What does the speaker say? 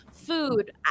food